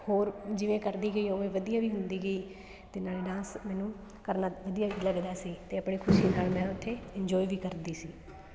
ਹੋਰ ਜਿਵੇਂ ਕਰਦੀ ਗਈ ਉਵੇਂ ਵਧੀਆ ਵੀ ਹੁੰਦੀ ਗਈ ਅਤੇ ਨਾਲੇ ਡਾਂਸ ਮੈਨੂੰ ਕਰਨਾ ਵਧੀਆ ਵੀ ਲੱਗਦਾ ਸੀ ਅਤੇ ਆਪਣੀ ਖੁਸ਼ੀ ਨਾਲ ਮੈਂ ਉੱਥੇ ਇੰਜੋਏ ਵੀ ਕਰਦੀ ਸੀ